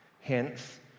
Hence